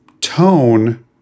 tone